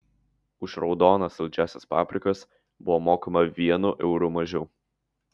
už raudonas saldžiąsias paprikas buvo mokama vienu euru mažiau